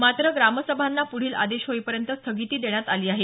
मात्र ग्रामसभांना प्ढील आदेश होईपर्यंत स्थगिती देण्यात आली आहे